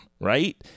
right